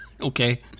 Okay